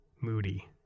moody